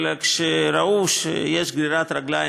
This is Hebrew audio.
אבל כשראו שיש גרירת רגליים,